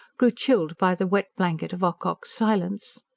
grew chilled by the wet blanket of ocock's silence.